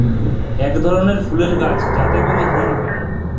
ইক ধরলের ফুলের গাহাচ যাতে ক্যরে হিং হ্যয়